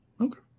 okay